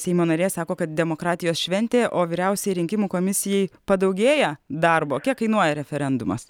seimo narė sako kad demokratijos šventėje o vyriausiajai rinkimų komisijai padaugėja darbo kiek kainuoja referendumas